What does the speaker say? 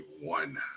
One